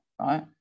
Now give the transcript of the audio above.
right